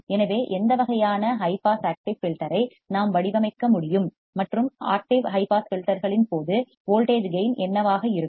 எனவே எந்த வகையான ஹை பாஸ் ஆக்டிவ் ஃபில்டர் ஐ நாம் வடிவமைக்க முடியும் மற்றும் ஆக்டிவ் ஹை பாஸ் ஃபில்டர்களின் போது வோல்டேஜ் கேயின் என்னவாக இருக்கும்